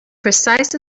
precise